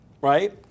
right